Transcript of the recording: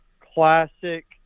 classic